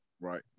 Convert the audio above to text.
right